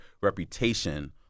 reputation